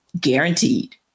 guaranteed